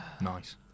Nice